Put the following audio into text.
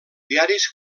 diaris